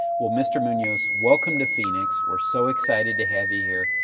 well, mr. munoz, welcome to phoenix. we're so excited to have you here,